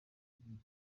rukemeza